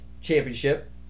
championship